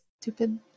Stupid